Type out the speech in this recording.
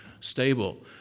stable